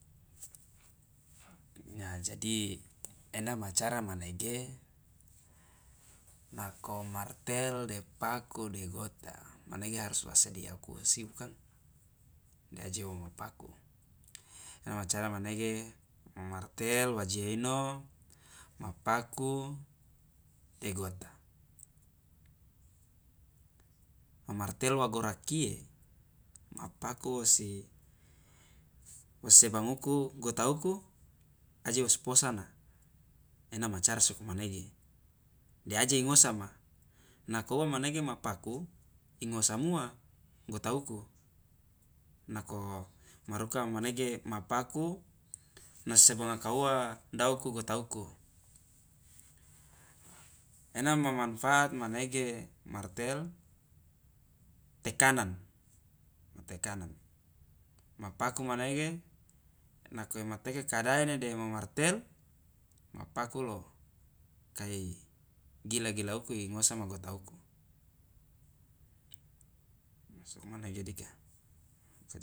a jadi ena ma cara menege nako martel de paku de gota manege harus wa sedia uku osi bukang de aje woma paku ena ma cara manege ma martel wa je ino ma paku de gota mamartel wa gora kie ma paku wosi wosebanguku gota uku aje wosposana de aje ingosama nako uwa manege ma paku ingosamuwa gota uku nako maruka manege ma paku nosi sebanga kauwa dauku gota uku ena mamanfaat manege martel tekanan ma tekanan ma paku manege nako imateke kadaene dema mamartel ma paku lo kai gila gila uku ingosama gota uku sokomanege dika.